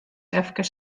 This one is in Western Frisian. efkes